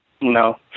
No